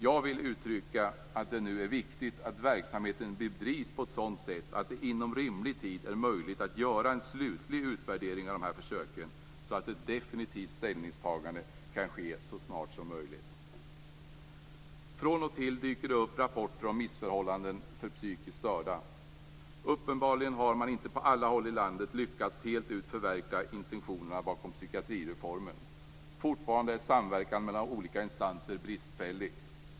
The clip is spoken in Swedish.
Jag vill uttrycka att det nu är viktigt att verksamheten bedrivs på ett sådant sätt att det inom rimlig tid är möjligt att göra en slutlig utvärdering av de här försöken, så att ett definitivt ställningstagande kan ske så snart som möjligt. Från och till dyker det upp rapporter om missförhållanden för psykiskt störda. Uppenbarligen har man inte på alla håll i landet lyckats helt ut förverkliga intentionerna bakom psykiatrireformen. Fortfarande är samverkan mellan olika instanser bristfällig.